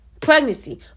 pregnancy